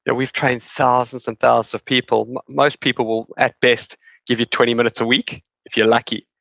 and we've trained thousands and thousands of people, most people will at best give you twenty minutes a week if you're lucky